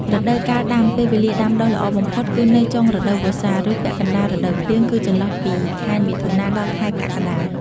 រដូវកាលដាំ ពេលវេលាដាំដុះល្អបំផុតគឺនៅចុងរដូវវស្សា ឬពាក់កណ្តាលរដូវភ្លៀង គឺចន្លោះពីខែមិថុនា ដល់ខែកក្កដា។